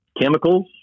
chemicals